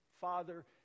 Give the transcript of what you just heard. Father